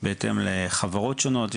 בהתאם לחברות שונות.